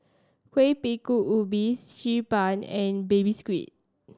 Kuih Bingka Ubi Xi Ban and Baby Squid